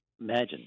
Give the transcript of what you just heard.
Imagine